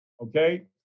Okay